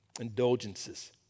indulgences